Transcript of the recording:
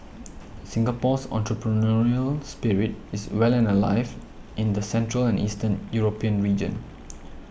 Singapore's entrepreneurial spirit is well and alive in the central and Eastern European region